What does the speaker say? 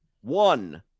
one